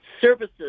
services